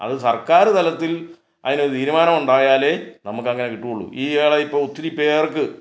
അത് സർക്കാർ തലത്തിൽ അതിനൊരു തീരുമാനമുണ്ടായാലേ നമുക്കങ്ങനെ കിട്ടുകയുള്ളു ഈ ഇടെ ഒത്തിരിപ്പേർക്ക്